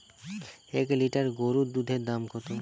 এক লিটার গোরুর দুধের দাম কত?